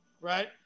right